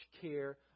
care